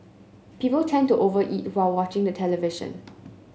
people tend to over eat while watching the television